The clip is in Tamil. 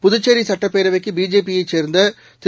புதுச்சேரிசட்டப்பேரவைக்குபிஜேபியைச் சேர்ந்ததிரு